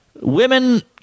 Women